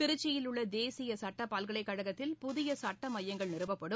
திருச்சியில் உள்ளதேசியசட்டபல்கலைக்கழகத்தில் புதியசட்டமையங்கள் நிறுவப்படும்